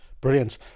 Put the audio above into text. Brilliant